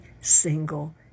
single